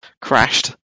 crashed